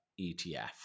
ETF